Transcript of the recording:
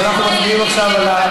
אז אנחנו מצביעים עכשיו על,